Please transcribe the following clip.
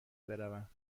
بروم